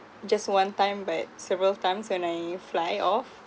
just one time but several times when I fly off